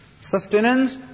Sustenance